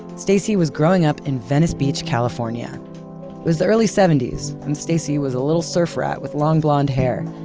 stacy was growing up in venice beach, california. it was the early seventy s, and stacy was a little surf rat with long blonde hair.